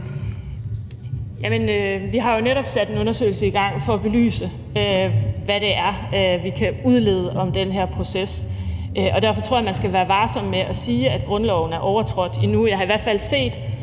vi har jo netop sat en undersøgelse i gang for at belyse, hvad det er, vi kan udlede om den her proces, og derfor tror jeg, at man skal være varsom med at sige, at grundloven er overtrådt, endnu. Jeg har i hvert fald set